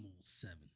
seven